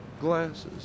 glasses